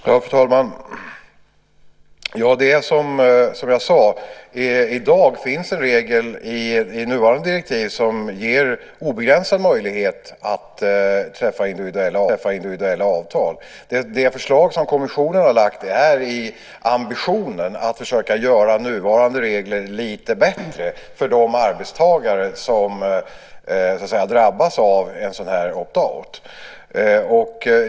Fru talman! Det är som jag sade: I dag finns en regel i nuvarande direktiv som ger obegränsad möjlighet att träffa individuella avtal. Det förslag som kommissionen har lagt fram har ambitionen att försöka göra nuvarande regler lite bättre för de arbetstagare som så att säga drabbas av en sådan här opt out .